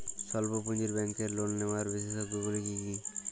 স্বল্প পুঁজির ব্যাংকের লোন নেওয়ার বিশেষত্বগুলি কী কী?